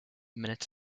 minutes